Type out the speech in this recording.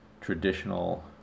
traditional